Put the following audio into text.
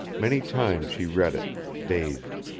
many times she read it, dazed.